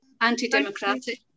anti-democratic